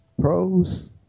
Pros